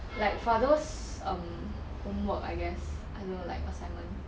like for those um homework I guess I don't know like assignment